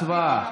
הצבעה.